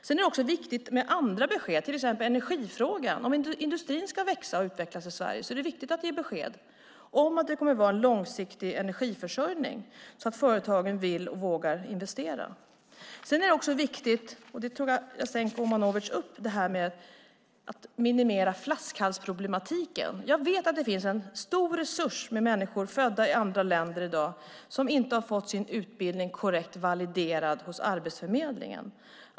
Det är också viktigt med andra besked, till exempel i energifrågan. Om industrin ska växa och utvecklas i Sverige är det viktigt att ge besked om att det kommer att finnas långsiktig energiförsörjning så att företagen vill och vågar investera. Jasenko Omanovic tog upp den viktiga frågan om att minimera flaskhalsproblemen. Jag vet att det i dag finns en stor resurs med människor födda i andra länder som inte har fått sin utbildning korrekt validerad hos Arbetsförmedlingen.